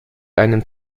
einem